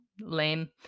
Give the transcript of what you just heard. Lame